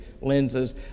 lenses